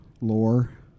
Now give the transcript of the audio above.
lore